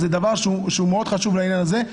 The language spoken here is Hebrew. זה נתון חשוב מאוד לעניין הזה.